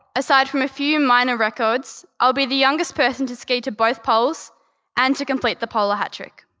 aside from a few minor records, i'll be the youngest person to ski to both poles and to complete the polar hat trick.